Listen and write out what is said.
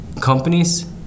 companies